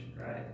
right